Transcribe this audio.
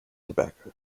tobacco